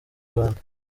rwanda